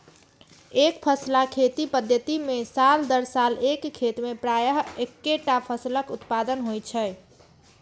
एकफसला खेती पद्धति मे साल दर साल एक खेत मे प्रायः एक्केटा फसलक उत्पादन होइ छै